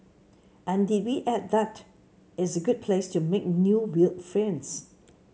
and did we add that it's a good place to make new weird friends